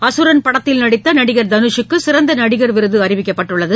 அகரன் படத்தில் நடித்தநடிகர் தனுஷுக்குசிறந்தநடிகர் விருதுஅறிவிக்கப்பட்டுள்ளது